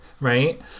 right